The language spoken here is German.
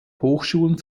hochschulen